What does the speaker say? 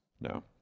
No